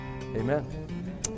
amen